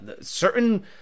certain